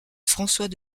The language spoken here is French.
françois